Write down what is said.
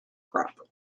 crop